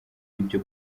ibyo